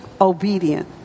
obedient